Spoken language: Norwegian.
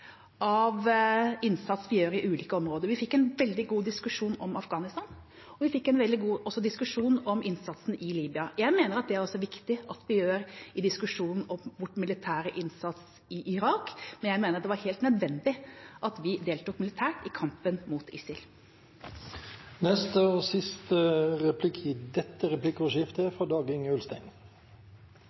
av innsats vi gjør i ulike områder. Vi fikk en veldig god diskusjon om Afghanistan, og vi fikk også en veldig god diskusjon om innsatsen i Libya. Jeg mener at det er viktig at vi gjør det også i diskusjonen om vår militære innsats i Irak, men jeg mener det var helt nødvendig at vi deltok militært i kampen mot ISIL. Jeg bet meg merke i